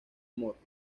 morro